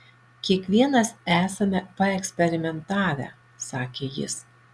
kiekvienas esame paeksperimentavę sakė jis